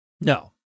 No